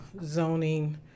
zoning